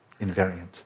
invariant